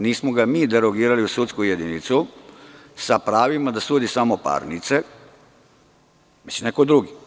Nismo ga mi derogirali u sudsku jedinicu sa pravima da sudi samo parnice, već neko drugi.